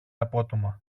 απότομα